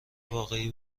واقعی